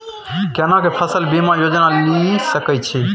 केना के फसल बीमा योजना लीए सके छी?